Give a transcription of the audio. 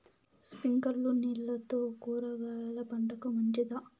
స్ప్రింక్లర్లు నీళ్లతో కూరగాయల పంటకు మంచిదా?